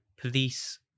police